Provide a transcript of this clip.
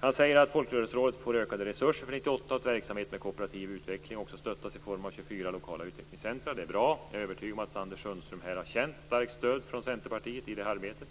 Ministern säger att Folkrörelserådet får ökade resurser för 1998, och att verksamhet med kooperativ utveckling också stöttas i form av 24 lokala utvecklingscentrer. Det är bra. Jag är övertygad om att Anders Sundström har känt starkt stöd från Centerpartiet i det här arbetet.